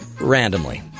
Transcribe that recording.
randomly